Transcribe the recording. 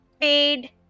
paid